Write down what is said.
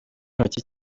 intoki